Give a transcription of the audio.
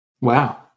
Wow